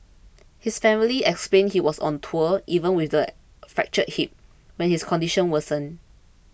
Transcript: his family explained he was on tour even with the fractured hip when his condition worsened